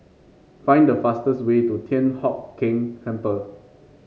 find the fastest way to Thian Hock Keng Temple